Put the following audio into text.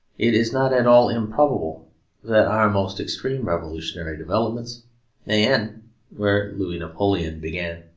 it is not at all improbable that our most extreme revolutionary developments may end where louis napoleon began.